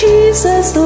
Jesus